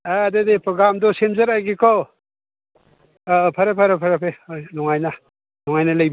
ꯑꯦ ꯑꯗꯨꯗꯤ ꯄ꯭ꯔꯣꯒ꯭ꯔꯥꯝꯗꯨ ꯁꯦꯝꯖꯔꯛꯑꯒꯦꯀꯣ ꯐꯔꯦ ꯐꯔꯦ ꯐꯔꯦ ꯐꯔꯦ ꯍꯣꯏ ꯅꯨꯡꯉꯥꯏꯅ ꯅꯨꯡꯉꯥꯏꯅ ꯂꯩ